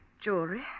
Jewelry